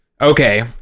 Okay